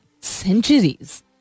centuries